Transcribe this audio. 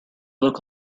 look